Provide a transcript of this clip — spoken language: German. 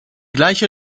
gleiche